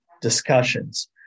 discussions